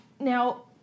Now